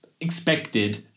expected